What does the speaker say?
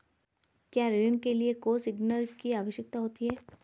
क्या ऋण के लिए कोसिग्नर की आवश्यकता होती है?